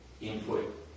input